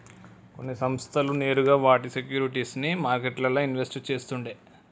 కొన్ని సంస్థలు నేరుగా వాటి సేక్యురిటీస్ ని మార్కెట్లల్ల ఇన్వెస్ట్ చేస్తుండే